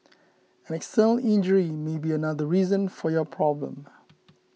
an external injury may be another reason for your problem